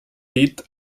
dit